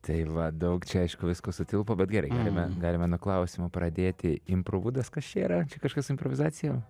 tai va daug čia aišku visko sutilpo bet gerai galime galime nuo klausimo pradėti improvudas kas čia yra čia kažkas improvizacijom